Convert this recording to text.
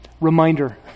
reminder